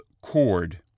cord